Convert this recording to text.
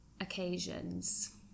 occasions